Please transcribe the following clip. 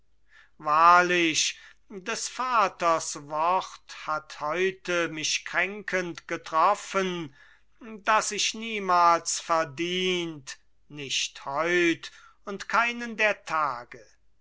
wahrlich des vaters wort hat heute mich kränkend getroffen das ich niemals verdient nicht heut und keinen der tage